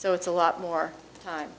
so it's a lot more time